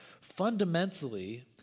Fundamentally